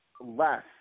less